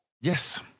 Yes